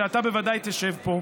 שאתה בוודאי תשב פה,